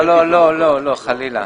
לא, חלילה.